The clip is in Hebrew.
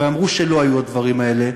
ואמרו שלא היו הדברים האלה?